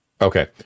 Okay